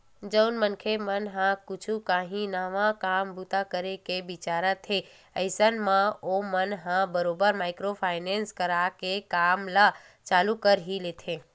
जउन मनखे मन ह कुछ काही नवा काम बूता करे के बिचारत हे अइसन म ओमन ह बरोबर माइक्रो फायनेंस करा के काम ल चालू कर ही लेथे